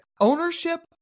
Ownership